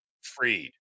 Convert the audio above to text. Freed